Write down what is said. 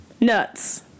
nuts